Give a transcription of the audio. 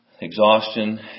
exhaustion